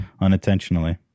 unintentionally